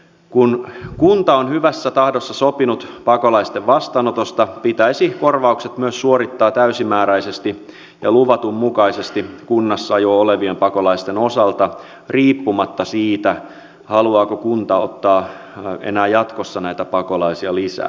kun kunta on hyvässä tahdossa sopinut pakolaisten vastaanotosta pitäisi korvaukset myös suorittaa täysimääräisesti ja luvatun mukaisesti kunnassa jo olevien pakolaisten osalta riippumatta siitä haluaako kunta ottaa enää jatkossa näitä pakolaisia lisää